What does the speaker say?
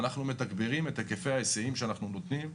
אנחנו מתגברים את היקפי ההיסעים שאנחנו נותנים,